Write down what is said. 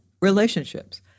relationships